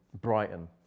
Brighton